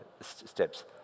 steps